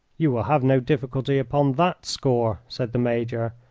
you will have no difficulty upon that score, said the major.